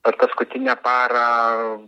per paskutinę parą